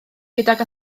gydag